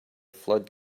flood